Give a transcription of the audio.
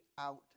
out